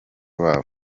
babo